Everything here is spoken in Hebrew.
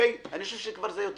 אני חושב שכבר אמרנו יותר